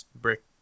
brick